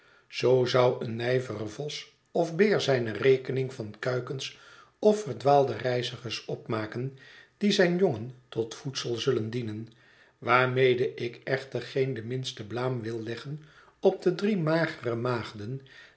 zoo zou een nijvere vos of beer zijne rekening van kuikens of verdwaalde reizigers opmaken die zijn jongen tot voedsel zullen dienen waarmede ik echter geen de minste blaam wil leggen op de drie magere maagden